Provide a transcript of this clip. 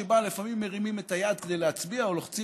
שבה לפעמים מרימים את היד כדי להצביע או לוחצים